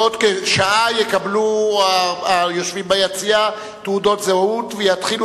בעוד כשעה יקבלו היושבים ביציע תעודות זהות ויתחילו